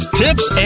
tips